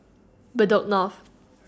Bedok North